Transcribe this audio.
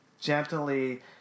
gently